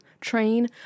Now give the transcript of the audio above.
train